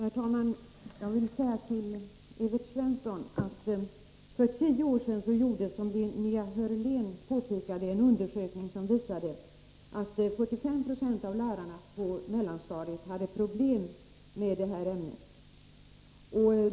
Herr talman! Jag vill till Evert Svensson säga att det för tio år sedan gjordes en undersökning, vilket Linnea Hörlén påpekade, som visade att 45 96 av lärarna på mellanstadiet hade problem med att undervisa i ämnet religionskunskap.